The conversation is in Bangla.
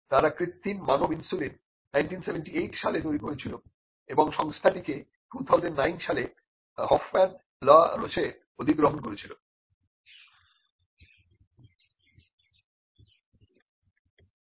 তারা কৃত্রিম মানব ইনসুলিন 1978 সালে তৈরি করেছিল এবং সংস্থাটিকে 2009 সালে Hoffmann La Roche অধিগ্রহণ করেছিলেন